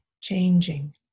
changing